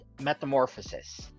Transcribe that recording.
Metamorphosis